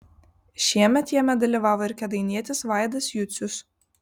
šiemet jame dalyvavo ir kėdainietis vaidas jucius